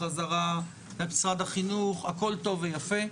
חזרה למשרד החינוך הכול טוב ויפה,